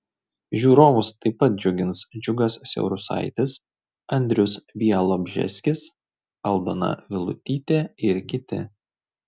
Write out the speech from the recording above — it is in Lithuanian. žiūrovus taip pat džiugins džiugas siaurusaitis andrius bialobžeskis aldona vilutytė ir kiti